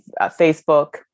Facebook